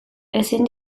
ezin